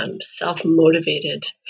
self-motivated